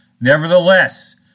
Nevertheless